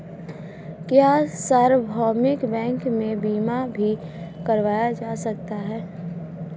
क्या सार्वभौमिक बैंक में बीमा भी करवाया जा सकता है?